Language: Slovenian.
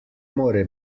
more